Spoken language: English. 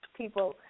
people